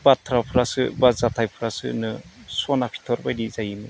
बाथ्राफ्रासो बा जाथायफ्रासोनो सना फिथरबायदि जायो